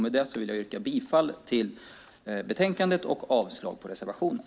Med detta yrkar jag bifall till utskottets förslag i betänkandet och avslag till reservationen.